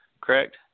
correct